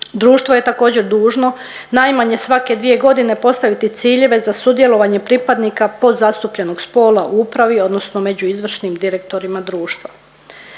Društvo je također dužno najmanje svake dvije godine postaviti ciljeve za sudjelovanje pripadnika podzastupljenog spola u upravi odnosno među izvršnim direktorima društva.